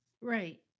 Right